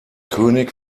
könig